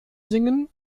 singen